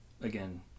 again